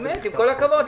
עם כל הכבוד,